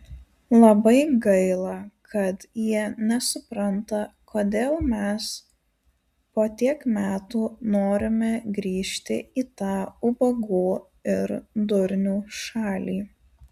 labai gaila kad jie nesupranta kodėl mes po tiek metų norime grįžti į tą ubagų ir durnių šalį